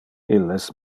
illes